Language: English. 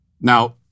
Now